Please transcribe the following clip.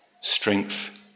strength